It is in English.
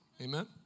amen